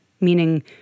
meaning